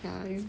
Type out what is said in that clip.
ya